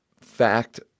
fact